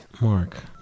Mark